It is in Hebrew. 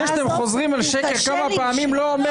זה שאתם חוזרים על שקר כמה פעמים לא אומר